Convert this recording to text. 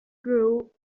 grove